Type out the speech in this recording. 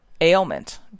ailment